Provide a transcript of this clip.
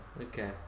Okay